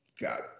got